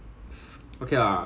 but walk fast